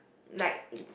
like it's